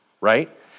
right